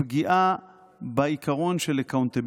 פגיעה בעיקרון של accountability,